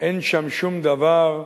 אין שם שום דבר,